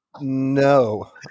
No